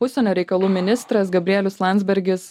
užsienio reikalų ministras gabrielius landsbergis